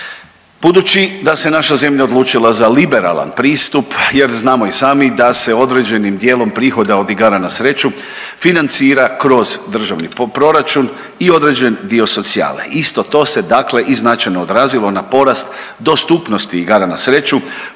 budući da se naša zemlja odlučila za liberalan pristup jer znamo i sami da se određenim dijelom prihoda od igara na sreću financira kroz državni proračun i određeni dio socijale. Isto to se dakle i značajno odrazilo na porast dostupnosti igara na sreću,